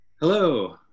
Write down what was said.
Hello